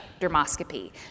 dermoscopy